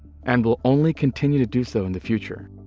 and will only continue to do so in the future.